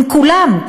עם כולם,